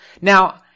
Now